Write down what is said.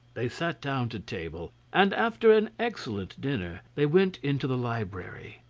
they sat down to table, and after an excellent dinner they went into the library.